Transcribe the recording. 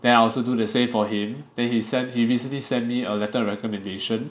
then I also do the same for him then he send he recently send me a letter of recommendation